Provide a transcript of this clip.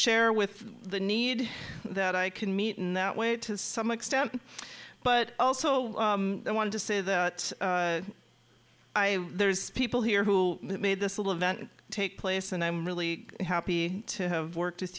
share with the need that i can meet in that way to some extent but also i want to say that i there's people here who made this little event take place and i'm really happy to have worked with